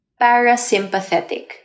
parasympathetic